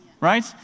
right